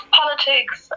politics